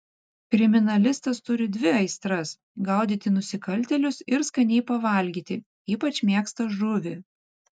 kriminalistas turi dvi aistras gaudyti nusikaltėlius ir skaniai pavalgyti ypač mėgsta žuvį